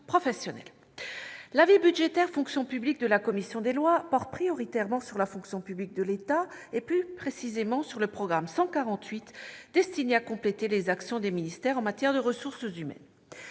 L'avis budgétaire « Fonction publique » de la commission des lois porte prioritairement sur la fonction publique de l'État et, plus précisément, sur le programme 148, destiné à compléter les actions des ministères en matière de ressources humaines.